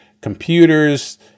computers